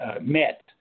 met